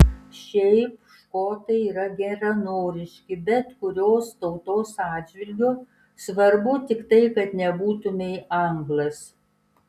šiaip škotai yra geranoriški bet kurios tautos atžvilgiu svarbu tik kad nebūtumei anglas